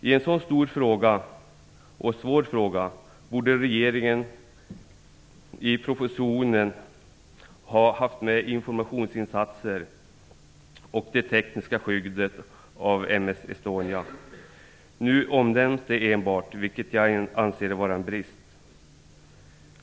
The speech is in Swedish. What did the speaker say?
I en så stor och svår fråga borde regeringen i propositionen haft med informationsinsatser och det tekniska skyddet av m/s Estonia. Nu omnämns det enbart, vilket jag anser vara en brist.